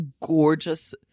gorgeous